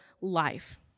life